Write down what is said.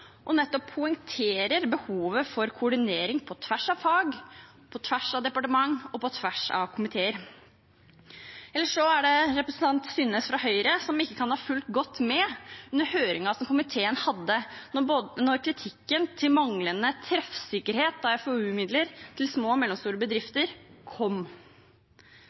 og poengterer nettopp behovet for koordinering på tvers av fag, departement og komiteer. Representanten Synnes fra Høyre kan ikke ha fulgt godt med under høringen som komiteen hadde, da kritikken om manglende treffsikkerhet for FoU-midler til små og mellomstore bedrifter kom.